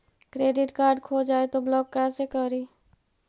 Credit card खो जाए तो ब्लॉक कैसे करी?